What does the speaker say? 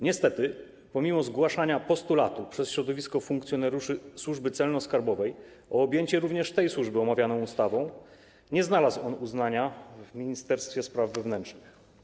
Niestety pomimo zgłaszania postulatu przez środowisko funkcjonariuszy Służby Celno-Skarbowej o objęcie również tej służby omawianą ustawą nie znalazł on uznania w Ministerstwie Spraw Wewnętrznych i Administracji.